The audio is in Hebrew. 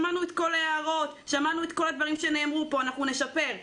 שמענו את כל ההערות והדברים שנאמרו פה ואנחנו נשפר.